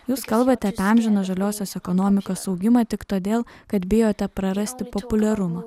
jūs kalbate apie amžiną žaliosios ekonomikos augimą tik todėl kad bijote prarasti populiarumą